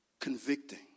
Convicting